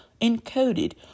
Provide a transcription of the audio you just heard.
encoded